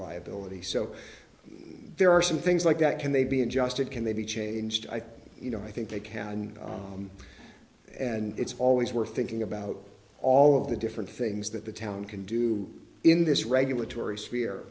liability so there are some things like that can they be adjusted can they be changed i think you know i think they can and it's always worth thinking about all of the different things that the town can do in this regulatory